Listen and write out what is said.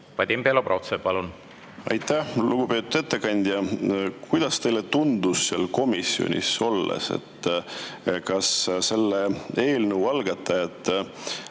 Vadim Belobrovtsev, palun! Aitäh! Lugupeetud ettekandja! Kuidas teile tundus komisjonis olles, kas selle eelnõu algatajad